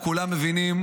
אנחנו כולם מבינים,